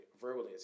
verbally